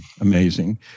amazing